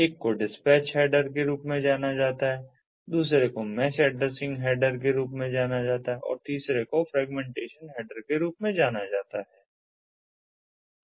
एक को dispatch header के रूप में जाना जाता है दूसरे को मैश एड्रेसिंग हैडर के रूप में जाना जाता है और तीसरे को फ्रेगमेंटेशन हैडर के रूप में जाना जाता है